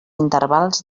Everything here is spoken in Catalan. intervals